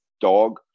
dog